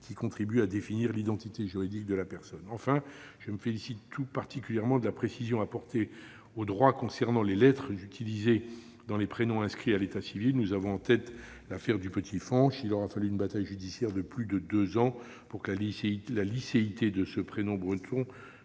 -qui contribue à définir l'identité juridique de la personne. Enfin, je me félicite tout particulièrement de la précision apportée au droit concernant les lettres et les signes diacritiques que peuvent comporter les prénoms inscrits à l'état civil. Nous avons tous en tête l'affaire du petit Fañch : il aura fallu une bataille judiciaire de plus de deux ans pour que la licéité de ce prénom breton